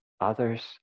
others